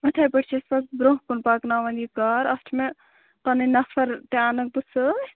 یِتھے پٲٹھۍ چھِ أسۍ پتہٕ برٛۄنٛہہ کُن پکناوان یہِ کار اَتھ چھِ مےٚ پنٕنۍ نَفر تہِ اَنکھ بہٕ سۭتۍ